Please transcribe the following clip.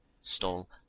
stole